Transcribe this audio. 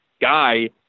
guy